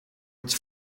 its